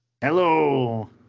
Hello